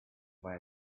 what